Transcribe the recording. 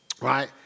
right